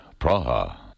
Praha